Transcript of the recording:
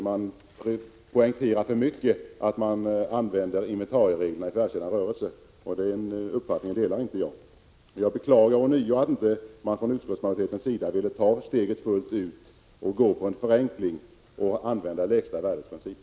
Där poängteras för mycket att inventariereglerna gäller i förvärvskällan rörelse. Den uppfatt 143 ningen delar inte jag. Jag beklagar ånyo att inte utskottsmajoriteten ville ta steget fullt ut och gå på en förenkling genom att använda principen om lägsta värde.